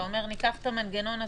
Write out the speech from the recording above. אתה אומר: ניקח את המנגנון הזה,